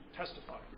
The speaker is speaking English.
testify 。